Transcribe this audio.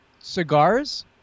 cigars